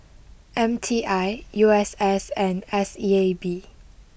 M T I U S S and S E A B